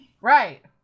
Right